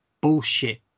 bullshit